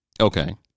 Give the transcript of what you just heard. Okay